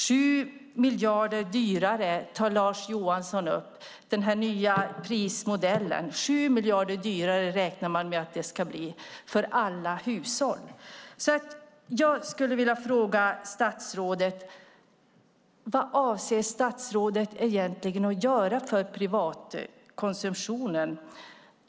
Lars Johansson tar upp att man med den nya prismodellen räknar med att det ska bli 7 miljarder dyrare för alla hushåll. Därför vill jag fråga statsrådet: Vad avser statsrådet egentligen att göra för privatkonsumtionen?